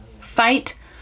fight